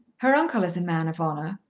her uncle is a man of honour.